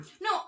No